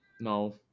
No